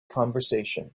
conversation